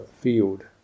field